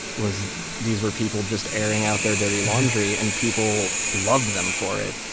was these were people just airing out their dirty laundry and people loved them for it.